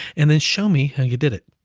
and then show me how you did it.